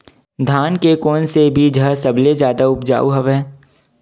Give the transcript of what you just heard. धान के कोन से बीज ह सबले जादा ऊपजाऊ हवय?